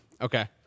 Okay